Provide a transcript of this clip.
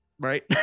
Right